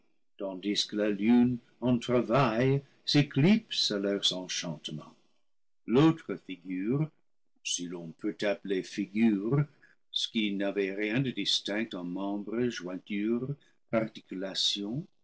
tandis que la lune en travail s'éclipse à leurs enchantements l'autre figure si l'on peut appeler figure ce qui n'avait rien de distinct en membres jointures articulations